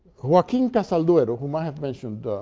joaquin casalduero, whom i have mentioned